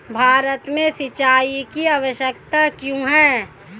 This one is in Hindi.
भारत में सिंचाई की आवश्यकता क्यों है?